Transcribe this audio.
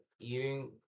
Eating